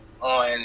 on